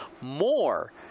more